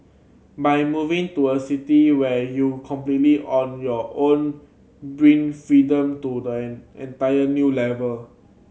by moving to a city where you completely on your own bring freedom to the an entire new level